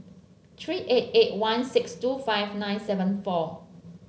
three eight eight one six two five nine seven four